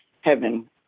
heaven